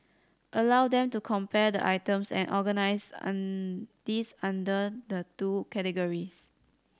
allow them to compare items and organise these under the two categories